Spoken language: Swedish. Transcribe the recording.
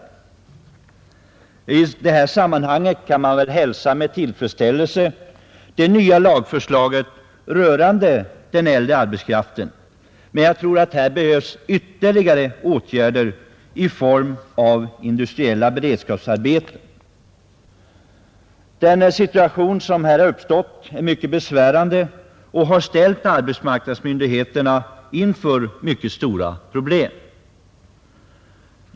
I detta sammanhang kan man väl hälsa med tillfredsställelse det nya lagförslaget rörande den äldre arbetskraften, Men jag tror att här behövs ytterligare åtgärder i form av t.ex. industriella beredskapsarbeten. Den situation som här har uppstått är mycket besvärande och har ställt arbetsmarknadsmyndigheterna inför mycket stora problem.